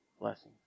Blessing